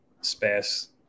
space